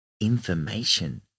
information